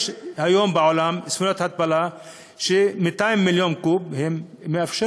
יש היום בעולם ספינות התפלה שמאפשרות 200 מיליון קוב בשנה,